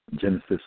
Genesis